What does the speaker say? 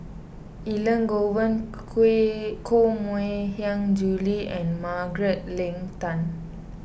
Elangovan Koh Mui Hiang Julie and Margaret Leng Tan